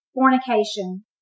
fornication